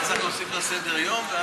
אבל צריך להוסיף לסדר-יום ואז,